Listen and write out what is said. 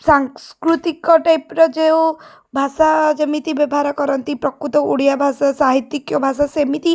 ସାଂସ୍କୃତିକ ଟାଇପ୍ର ଯେଉଁ ଭାଷା ଯେମିତି ବ୍ୟବହାର କରନ୍ତି ପ୍ରକୃତ ଓଡ଼ିଆ ଭାଷା ସାହିତ୍ୟିକ ଭାଷା ସେମିତି